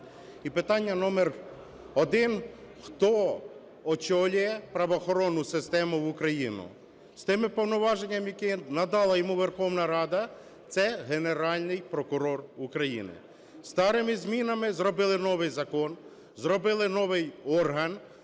І питання номер один: хто очолює правоохоронну систему в Україні? З тими повноваженнями, які надала йому Верховна Рада, – це Генеральний прокурор України. З старими змінами зробили новий закон, зробили новий орган,